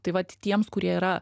tai vat tiems kurie yra